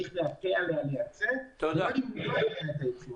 צריך להקל עליה לייצא, ולא למנוע את --- היצוא.